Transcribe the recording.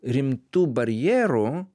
rimtų barjerų